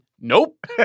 Nope